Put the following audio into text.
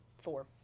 four